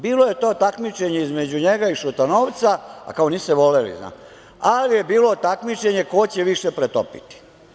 Bilo je to takmičenje između njega i Šutanovca, a kao nisu se voleli, ali je bilo takmičenje ko će više pretopiti.